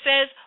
says